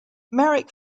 merrick